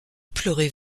pleurez